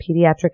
pediatric